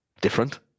different